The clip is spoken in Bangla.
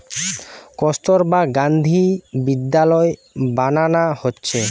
কস্তুরবা গান্ধী বিদ্যালয় বানানা হচ্ছে